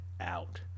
out